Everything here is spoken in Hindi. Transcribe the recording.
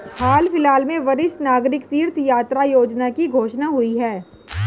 हाल फिलहाल में वरिष्ठ नागरिक तीर्थ यात्रा योजना की घोषणा हुई है